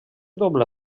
doble